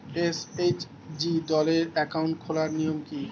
SHG দলের account খোলার নিয়ম কী?